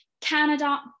Canada